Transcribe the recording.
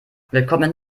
willkommen